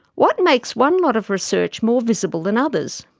what makes one lot of research more visible than others?